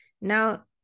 Now